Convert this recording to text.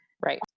Right